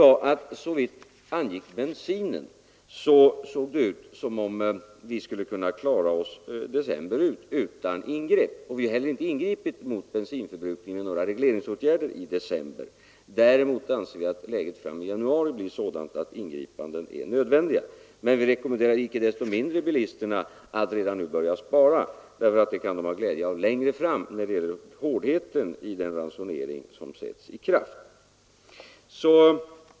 — var att såvitt angick bensinen såg det ut som om vi skulle klara oss hela december utan ingrepp. Vi har inte heller ingripit med några regleringsåtgärder i december. Däremot anser vi att läget fram i januari blir sådant att ingripanden är nödvändiga, men vi rekommenderar icke desto mindre bilisterna att redan nu börja spara, därför att de kan ha glädje av det längre fram när det gäller hårdheten i den ransonering som sätts i kraft.